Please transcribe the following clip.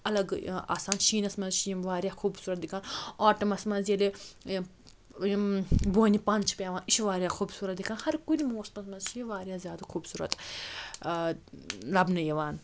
اَلَگ آسان شیٖنَس منٛز چھِ یِم واریاہ خوٗبصوٗرت دِکھان آٹَمَس مَنٛز ییٚلہِ یِم بونہِ پَن چھِ پیٚوان یہِ چھِ واریاہ خوٗبصوٗرت دِکھان ہرکُنہِ موسمَس منٛز چھِ یہِ واریاہ زیادٕ خوٗبصوٗرت لَبنہٕ یِوان